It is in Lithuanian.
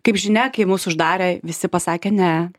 kaip žinia kai mus uždarė visi pasakė ne